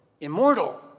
immortal